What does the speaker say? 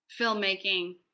filmmaking